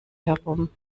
herum